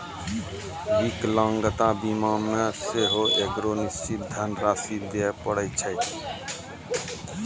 विकलांगता बीमा मे सेहो एगो निश्चित धन राशि दिये पड़ै छै